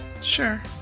Sure